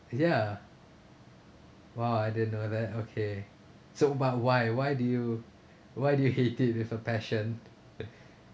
ya !wah! I didn't know that okay so but why why do you why do you hate it with a passion